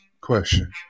question